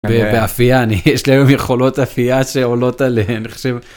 באפייה, אני, יש לי היום יכולות אפייה שעולות עליהן.